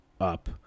up